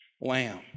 lamb